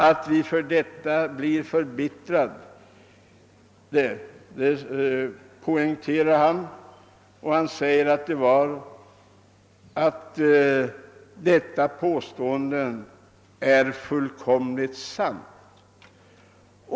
Att vi fördenskull blir förbittrade poängterar han, och han säger, att detta påstående är fullkomligt sant.